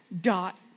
dot